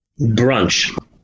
Brunch